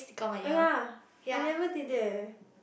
oh ya I never did that